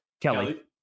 Kelly